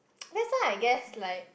that's why I guess like